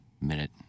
minute